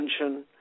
attention